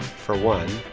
for one.